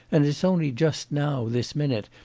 and it's only just now, this minute,